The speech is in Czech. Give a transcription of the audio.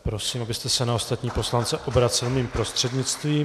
Prosím, abyste se na ostatní poslance obracel mým prostřednictvím.